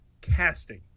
casting